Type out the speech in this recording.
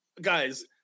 guys